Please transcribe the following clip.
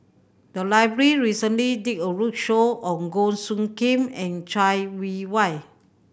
the library recently did a roadshow on Goh Soo Khim and Chai Yee Wei